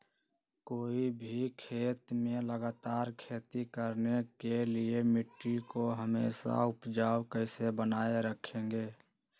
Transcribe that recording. कोई भी खेत में लगातार खेती करने के लिए मिट्टी को हमेसा उपजाऊ कैसे बनाय रखेंगे?